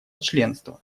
членства